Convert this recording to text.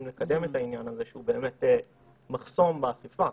לקדם את העניין הזה שהוא באמת מחסום באכיפה,